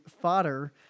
fodder